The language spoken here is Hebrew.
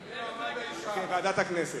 השר, בבקשה.